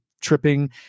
tripping